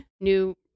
new